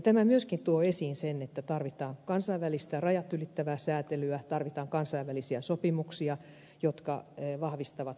tämä myöskin tuo esiin sen että tarvitaan kansainvälistä rajat ylittävää säätelyä tarvitaan kansainvälisiä sopimuksia jotka vahvistavat perusoikeuksia